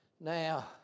Now